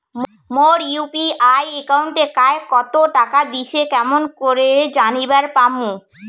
মোর UPI একাউন্টে কায় কতো টাকা দিসে কেমন করে জানিবার পামু?